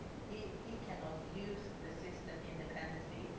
he he can not use the system independently.